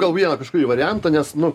gal vieną kažkurį variantą nes nu